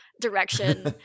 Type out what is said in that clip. direction